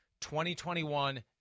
2021